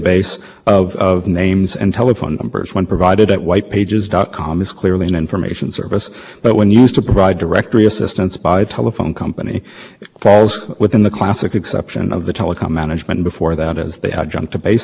the commission reasonably concluded that interconnection practice is going to have the same purpose and effect as the kinds of practices that they had abundant reason to believe for interfering with their threaten to interfere with the virtuous cycle here what do you think about the co